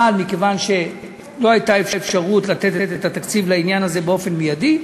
אבל מכיוון שלא הייתה אפשרות לתת את התקציב לעניין הזה באופן מיידי,